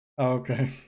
okay